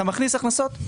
אתה מכניס הכנסות?